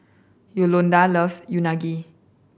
Yolanda loves Unagi